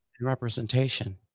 representation